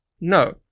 No